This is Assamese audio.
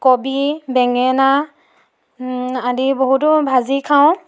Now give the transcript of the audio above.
কবি বেঙেনা আদি বহুতো ভাজি খাওঁ